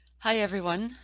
hi everyone.